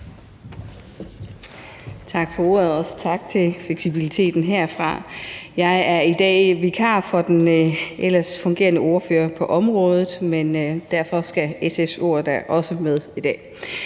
Tak for ordet, og også herfra tak for fleksibiliteten. Jeg er i dag vikar for den ellers fungerende ordfører på området, men SF's ord skal da også med i dag.